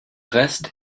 rest